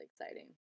exciting